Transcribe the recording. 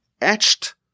etched